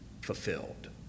fulfilled